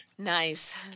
Nice